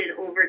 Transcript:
over